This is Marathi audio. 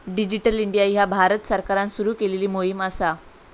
डिजिटल इंडिया ह्या भारत सरकारान सुरू केलेली मोहीम असा